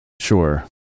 sure